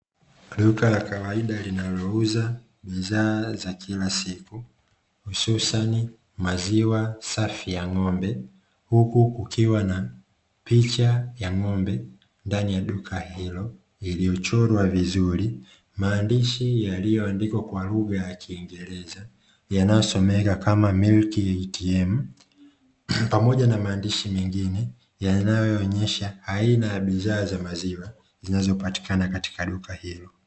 Duka la kawaida linayouza bidhaa za kila siku hususani maziwa safi ya ng'ombe, huku ukiwa na picha ya ng'ombe ndani ya duka hilo, iliyochorwa vizuri maandishi yaliyoandikwa kwa lugha ya kiingereza yanayosomeka kama milki, pamoja na maandishi mengine yanayoonyesha aina ya bidhaa za maziwa zinazopatikana katika duka hili.